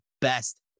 best